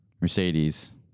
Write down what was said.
Mercedes